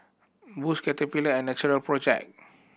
Boost Caterpillar and Natural Project